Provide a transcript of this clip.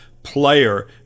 Player